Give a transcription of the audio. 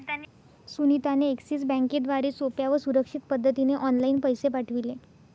सुनीता ने एक्सिस बँकेद्वारे सोप्या व सुरक्षित पद्धतीने ऑनलाइन पैसे पाठविले